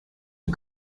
and